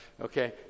okay